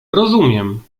rozumiem